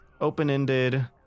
open-ended